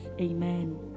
Amen